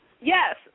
Yes